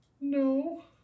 No